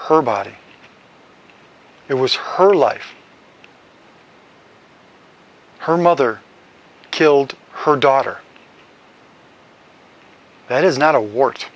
her body it was her life her mother killed her daughter that is not a war